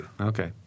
Okay